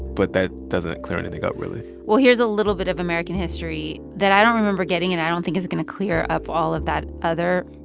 but that doesn't clear anything up really well, here's a little bit of american history that i don't remember getting and i don't think is going to clear up all of that other.